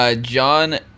John